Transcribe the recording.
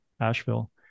Asheville